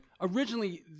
Originally